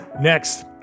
next